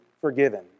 forgiven